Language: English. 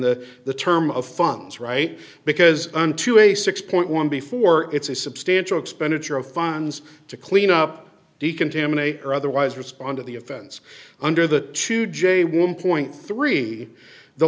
the the term of funds right because unto a six point one before it's a substantial expenditure of funds to clean up decontaminate or otherwise respond to the offense under the two j one three the